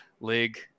league